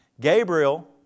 Gabriel